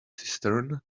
cistern